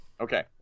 Okay